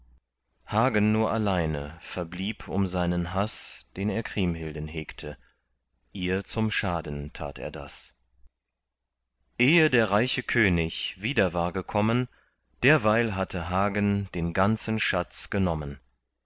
hagen nur alleine verblieb um seinen haß den er kriemhilden hegte ihr zum schaden tat er das ehe der reiche könig wieder war gekommen derweil hatte hagen den ganzen schatz genommen